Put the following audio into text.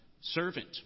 servant